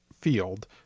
field